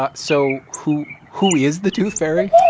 ah so who who is the tooth fairy?